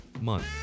month